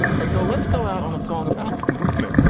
and so let's go out on a song about movement.